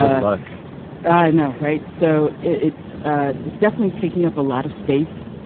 look i know right. so it's ah it's definitely taking up a lot of space.